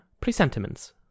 Presentiments